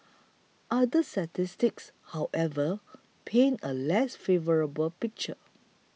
other statistics however paint a less favourable picture